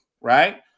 right